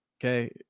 okay